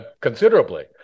Considerably